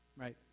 right